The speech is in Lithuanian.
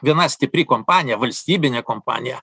viena stipri kompanija valstybinė kompanija